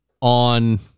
on